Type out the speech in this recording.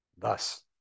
thus